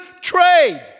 trade